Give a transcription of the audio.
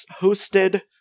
hosted